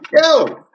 yo